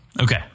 Okay